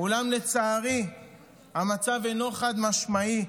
אולם לצערי המצב אינו חד-משמעי,